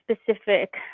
specific